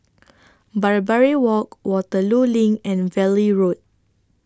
Barbary Walk Waterloo LINK and Valley Road